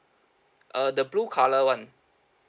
uh the blue colour [one]